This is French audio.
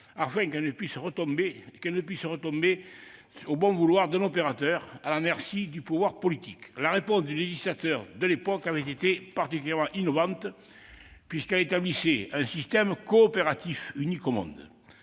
afin qu'elle ne puisse dépendre de nouveau du bon vouloir d'un opérateur à la merci du pouvoir politique. La réponse du législateur de l'époque avait été particulièrement innovante, puisqu'elle établissait un système coopératif unique au monde.